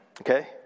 Okay